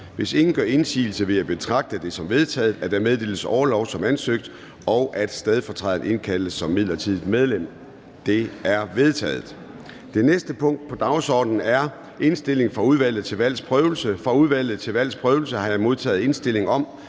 Hvis ingen gør indsigelse, vil jeg betragte det som vedtaget, at der meddeles orlov som ansøgt, og at stedfortræderen indkaldes som midlertidig medlem. Det er vedtaget. --- Det næste punkt på dagsordenen er: 2) Indstilling fra Udvalget til Valgs Prøvelse: Godkendelse af stedfortræder som midlertidigt